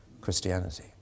Christianity